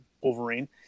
Wolverine